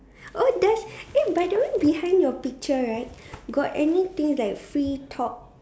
oh that's eh by the way behind your picture right got anything like free talk